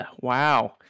wow